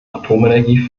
atomenergie